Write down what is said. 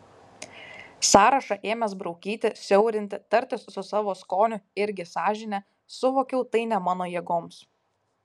sąrašą ėmęs braukyti siaurinti tartis su savo skoniu irgi sąžine suvokiau tai ne mano jėgoms